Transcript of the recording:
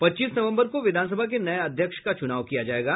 पच्चीस नवम्बर को विधानसभा के नये अध्यक्ष का चुनाव किया जायेगा